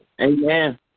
Amen